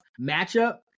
matchup